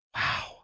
Wow